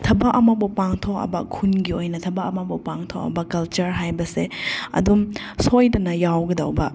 ꯊꯕꯛ ꯑꯃꯕꯨ ꯄꯥꯡꯊꯣꯛꯑꯕ ꯈꯨꯟꯒꯤ ꯑꯣꯏꯅ ꯊꯕꯛ ꯑꯃꯕꯨ ꯄꯥꯡꯊꯣꯛꯑꯕ ꯀꯜꯆꯔ ꯍꯥꯏꯕꯁꯦ ꯑꯗꯨꯨꯝ ꯁꯣꯏꯗꯅ ꯌꯥꯎꯒꯗꯕ